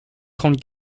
trente